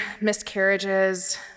miscarriages